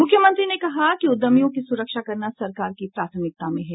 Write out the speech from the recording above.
मुख्यमंत्री ने कहा कि उद्यमियों की सुरक्षा करना सरकार की प्राथमिकता में है